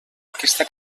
aquesta